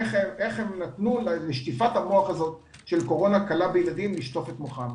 איך הם נתנו לשטיפת המוח הזאת של קורונה קלה בילדים לשטוף את מוחם.